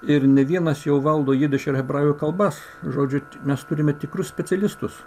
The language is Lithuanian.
ir ne vienas jau valdo jidiš ir hebrajų kalbas žodžiu mes turime tikrus specialistus